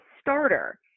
starter